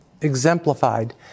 exemplified